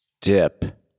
dip